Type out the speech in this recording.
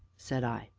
said i.